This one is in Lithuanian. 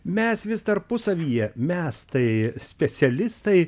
mes vis tarpusavyje mes tai specialistai